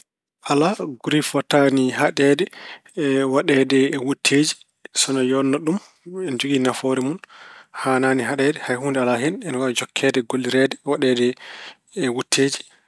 Alaa, nguri fotaani haɗeede waɗeede e wutteeji. Sono yooɗna ɗum, ina jogii nafoore mun. Haanaani haɗeede, hay huunde alaa hen. Ina waawi jokkeede gollireede, waɗeede e wutteeji.